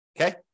Okay